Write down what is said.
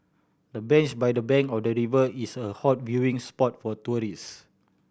the bench by the bank of the river is a hot viewing spot for tourists